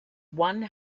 one